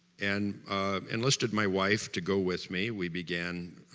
and enlisted my wife to go with me. we began,